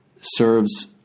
serves